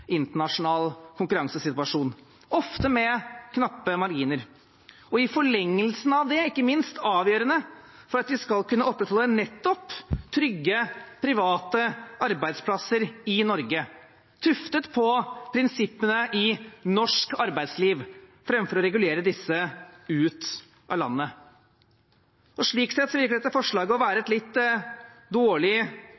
internasjonal konkurransesituasjon, ofte med knappe marginer. I forlengelsen av det er det ikke minst også avgjørende for at vi skal kunne opprettholde nettopp trygge private arbeidsplasser i Norge som er tuftet på prinsippene i norsk arbeidsliv, framfor å regulere disse ut av landet. Slik sett virker dette forslaget å være